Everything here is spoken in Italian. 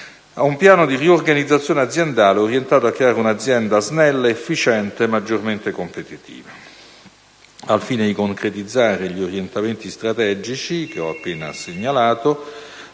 un piano di riorganizzazione aziendale orientato a creare un'azienda snella, efficiente e maggiormente competitiva. Al fine di concretizzare gli orientamenti strategici che ho appena segnalato,